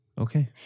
Okay